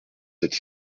cette